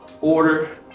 order